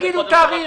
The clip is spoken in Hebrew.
תגידו תאריך.